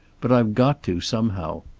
but i've got to, somehow.